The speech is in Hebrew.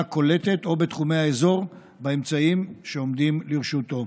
קולטת או בתחומי האזור באמצעים שעומדים לרשותו.